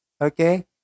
okay